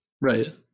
Right